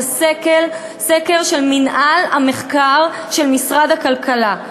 זה סקר של מינהל המחקר של משרד הכלכלה.